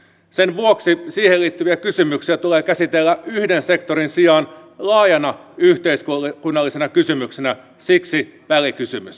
sen vuoksi siihen liittyviä kysymyksiä tulee käsitellä yhden sektorin sijaan laajana yhteiskunnallisena kysymyksenä siksi välikysymys